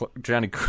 Johnny